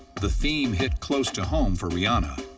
the theme hit close to home for rihanna.